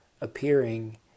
appearing